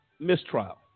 mistrial